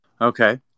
Okay